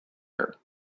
her